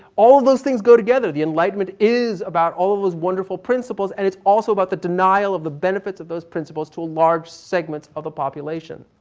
all of those things go together. the enlightenment is about all of those wonderful principles and it's also about the denial of the benefits of those principles to large segments of the population.